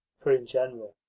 for, in general,